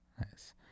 nice